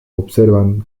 observan